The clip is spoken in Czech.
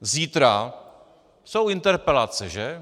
Zítra jsou interpelace, že?